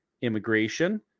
immigration